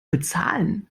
bezahlen